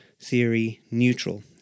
theory-neutral